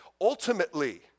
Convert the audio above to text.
ultimately